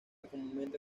comúnmente